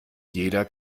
jeder